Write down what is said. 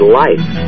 life